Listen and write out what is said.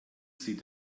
sie